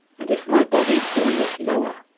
and if my body fall yet lower,